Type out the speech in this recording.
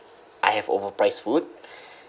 I have overpriced food